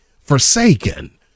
forsaken